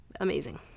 amazing